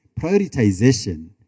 prioritization